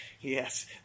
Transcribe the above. yes